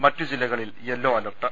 മറ്റ് ജില്ലകളിൽ yellow alert